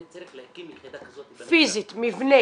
אני צריך להקים יחידה כזאת -- פיזית, מבנה.